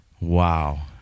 Wow